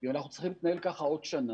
אם אנחנו צריכים להתנהל ככה עוד שנה,